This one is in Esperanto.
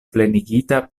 plenigita